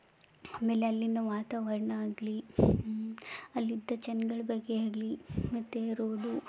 ಆಮೇಲೆ ಅಲ್ಲಿನ ವಾತಾವರಣ ಆಗಲಿ ಅಲ್ಲಿದ್ದ ಜನ್ಗಳ ಬಗ್ಗೆ ಆಗಲಿ ಮತ್ತೆ ರೋಡು